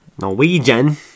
norwegian